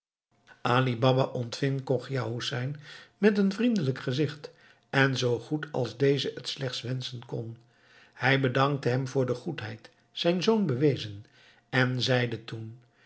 baba ontving chogia hoesein met een vriendelijk gezicht en zoo goed als deze t slechts wenschen kon hij bedankte hem voor de goedheid zijn zoon bewezen en zeide toen